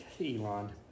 Elon